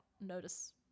notice